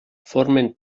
formen